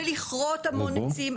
ולכרות המון עצים,